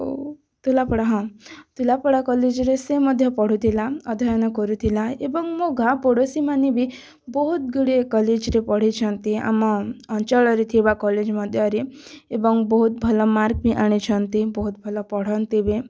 ଓ ତିଲାପଡ଼ା ହଁ ତିଲାପଡ଼ା କଲେଜରେ ସେ ମଧ୍ୟ ପଢ଼ୁଥିଲା ଅଧ୍ୟୟନ କରୁଥିଲା ଏବଂ ମୋ ଗାଁ ପଡ଼ୋଶୀ ମାନେ ବି ବହୁତ ଗୁଡ଼ିଏ କଲେଜରେ ପଢ଼ିଛନ୍ତି ଆମ ଅଞ୍ଚଳରେ ଥିବା କଲେଜ ମଧ୍ୟରେ ଏବଂ ବହୁତ ଭଲ ମାର୍କ ବି ଆଣିଛନ୍ତି ବହୁତ ଭଲ ପଢ଼ନ୍ତି ବି